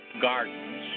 gardens